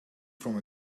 from